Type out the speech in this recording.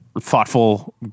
Thoughtful